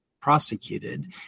prosecuted